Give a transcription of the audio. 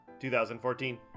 2014